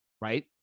Right